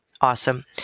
Awesome